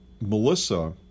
melissa